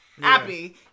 happy